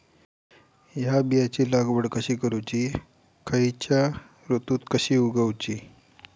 हया बियाची लागवड कशी करूची खैयच्य ऋतुत कशी उगउची?